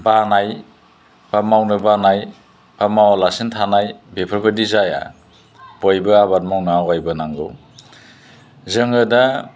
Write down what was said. बानाय एबा मावनो बानाय एबा मावालासिनो थानाय बेफोरबादि जाया बयबो आबाद मावना आवगायबोनांगौ जोङो दा